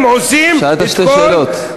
שאלת שתי שאלות.